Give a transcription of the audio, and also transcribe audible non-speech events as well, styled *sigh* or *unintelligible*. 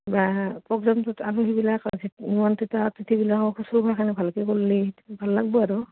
*unintelligible*